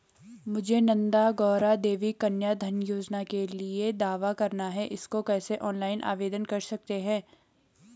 मुझे गौरा देवी कन्या धन योजना के लिए दावा करना है इसको कैसे ऑनलाइन आवेदन कर सकते हैं?